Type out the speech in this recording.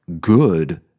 good